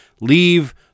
Leave